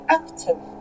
active